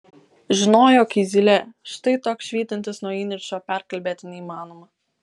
žinojo kai zylė štai toks švytintis nuo įniršio perkalbėti neįmanoma